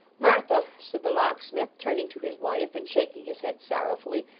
martha, said the locksmith, turning to his wife, and shaking his head sorrowfully,